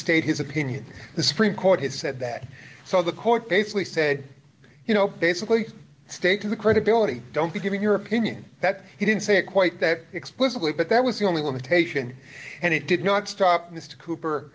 state his opinion the supreme court has said that so the court basically said you know basically stay to the credibility don't be giving your opinion that he didn't say it quite that explicitly but that was the only limitation and it did not stop mr cooper